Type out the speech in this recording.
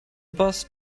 boss